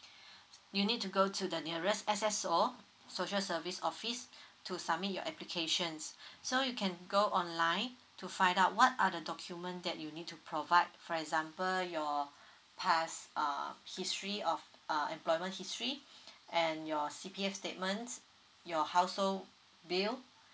you need to go to the nearest S_S_O social service office to submit your applications so you can go online to find out what are the document that you need to provide for example your past uh history of uh employment history and your C_P_F statements your household bill